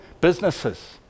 businesses